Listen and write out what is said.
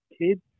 kid